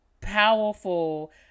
powerful